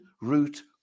root